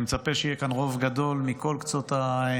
אני מצפה שיהיה כאן רוב גדול מכל קצות הבית,